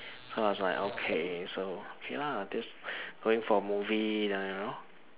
so I was like okay so okay lah just going for a movie uh you know